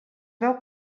veu